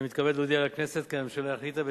אני מתכבד להודיע לכנסת כי הממשלה החליטה,